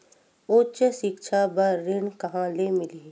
उच्च सिक्छा बर ऋण कहां ले मिलही?